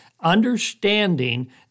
understanding